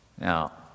Now